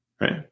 Right